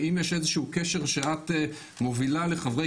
ואם יש איזשהו קשר שאת מובילה לחברי